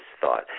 thought